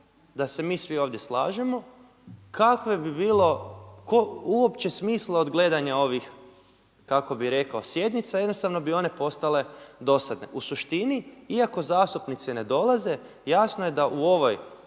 da se mi svi ovdje slažemo kakvog bi bilo, uopće smisla od gledanja ovih, kako bih rekao sjednica, jednostavno bi one postane dosadne. U suštini, iako zastupnici ne dolaze jasno je da u ovoj